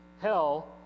hell